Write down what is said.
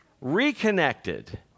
reconnected